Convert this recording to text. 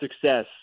success